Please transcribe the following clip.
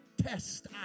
test